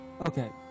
Okay